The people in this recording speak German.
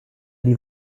die